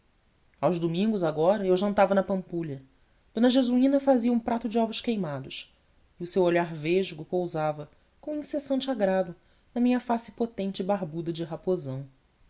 aos domingos agora eu jantava na pampulha d jesuína fazia um prato de ovos queimados e o seu olho vesgo pousava com incessante agrado na minha face potente e barbuda de raposão